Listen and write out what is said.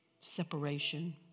separation